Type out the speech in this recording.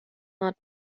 not